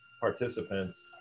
participants